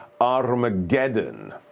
Armageddon